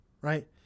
right